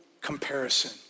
comparison